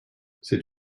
c’est